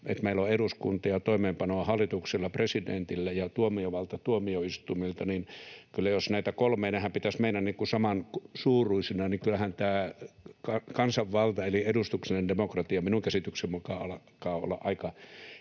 — meillä on eduskunta, ja toimeenpano on hallituksella ja presidentillä ja tuomiovalta tuomioistuimilla — että kyllä jos näiden kolmen pitäisi mennä samansuuruisina, niin kyllähän tämä kansanvalta eli edustuksellinen demokratia minun käsitykseni mukaan alkaa olla aika